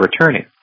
returning